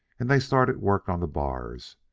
and they started work on the bars,